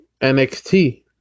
NXT